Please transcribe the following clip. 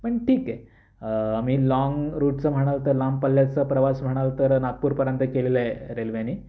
पण ठीक आहे आम्ही लॉन्ग रूटचं म्हणाल तर लांब पल्ल्याचा प्रवास म्हणाल तर नागपूरपर्यंत केलेला आहे रेल्वेने